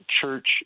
church